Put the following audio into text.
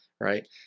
right